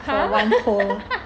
for one hole